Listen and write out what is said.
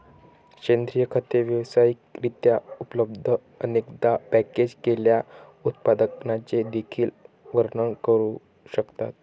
सेंद्रिय खते व्यावसायिक रित्या उपलब्ध, अनेकदा पॅकेज केलेल्या उत्पादनांचे देखील वर्णन करू शकतात